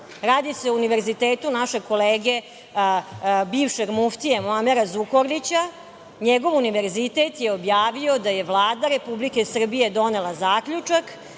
Radi se o univerzitetu našeg kolege, bivšeg muftije, Muamera Zukorlića. NJegov univerzitet je objavio da je Vlada Republike Srbije donela zaključak